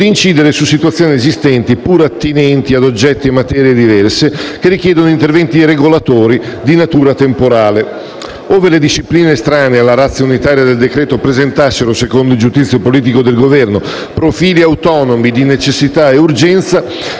incidere su situazioni esistenti, pur attinenti a oggetti e materie diversi, che richiedono interventi regolatori di natura temporale. Ove le discipline estranee alla *ratio* unitaria del decreto-legge presentassero, secondo il giudizio politico del Governo, profili autonomi di necessità e urgenza,